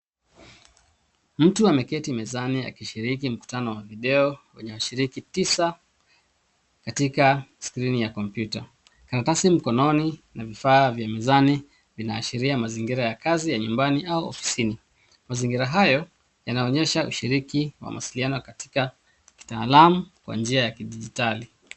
Mtu ameketi mezani akishiriki mkutano wa video wenye washiriki tisa katika skrini ya kompyuta. Karatasi mkononi na vifaa vya mezani vinaashiria mazingira ya kazi nyumbani au ofisini. Mazingira hayo yanaonesha ushiriki wa mawasiliano katika kitaalamu kwa njia ya kidijitali.